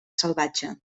salvatge